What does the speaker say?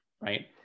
Right